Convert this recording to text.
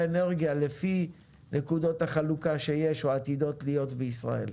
אנרגיה לפי נקודות החלוקה שיש או עתידות להיות בישראל.